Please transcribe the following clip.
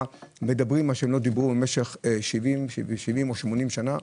מדברים מה שלא עשו במשך 70 או 80 שנים.